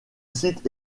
site